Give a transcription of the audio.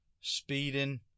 speeding